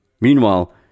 Meanwhile